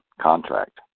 contract